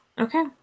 okay